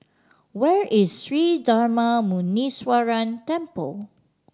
where is Sri Darma Muneeswaran Temple